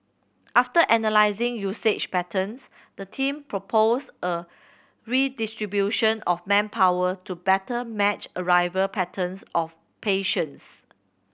after analysing usage patterns the team proposed a redistribution of manpower to better match arrival patterns of patients